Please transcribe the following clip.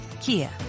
Kia